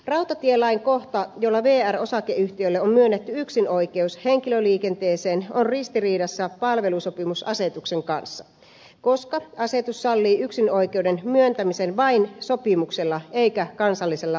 rautatielain kohta jolla vr osakeyhtiölle on myönnetty yksinoikeus henkilöliikenteeseen on ristiriidassa palvelusopimusasetuksen kanssa koska asetus sallii yksinoikeuden myöntämisen vain sopimuksella eikä kansallisella lainsäädännöllä